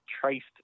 traced